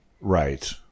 right